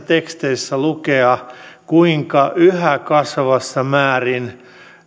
teksteistä lukea kuinka yhä kasvavassa määrin